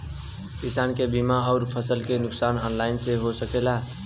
किसान के बीमा अउर फसल के नुकसान ऑनलाइन से हो सकेला?